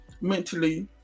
mentally